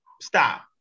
stop